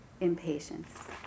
impatience